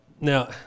Now